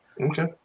okay